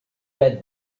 read